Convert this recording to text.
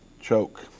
choke